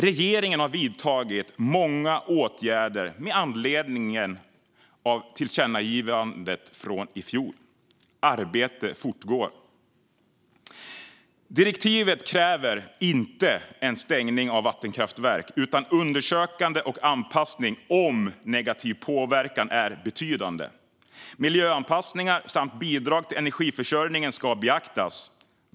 Regeringen har vidtagit många åtgärder med anledning av tillkännagivandet från i fjol. Arbetet fortgår. Direktivet kräver inte en stängning av vattenkraftverk, utan undersökning och anpassning om den negativa påverkan är betydande. Miljöanpassningar och bidrag till energiförsörjningen ska beaktas.